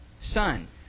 son